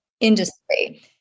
industry